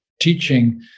teaching